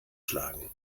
schlagen